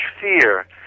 fear